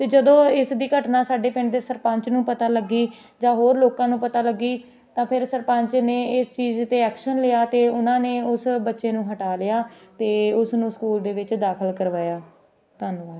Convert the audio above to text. ਅਤੇ ਜਦੋਂ ਇਸ ਦੀ ਘਟਨਾ ਸਾਡੇ ਪਿੰਡ ਦੇ ਸਰਪੰਚ ਨੂੰ ਪਤਾ ਲੱਗੀ ਜਾਂ ਹੋਰ ਲੋਕਾਂ ਨੂੰ ਪਤਾ ਲੱਗੀ ਤਾਂ ਫਿਰ ਸਰਪੰਚ ਨੇ ਇਸ ਚੀਜ਼ 'ਤੇ ਐਕਸ਼ਨ ਲਿਆ ਅਤੇ ਉਹਨਾਂ ਨੇ ਉਸ ਬੱਚੇ ਨੂੰ ਹਟਾ ਲਿਆ ਅਤੇ ਉਸ ਨੂੰ ਸਕੂਲ ਦੇ ਵਿੱਚ ਦਾਖਲ ਕਰਵਾਇਆ ਧੰਨਵਾਦ